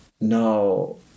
No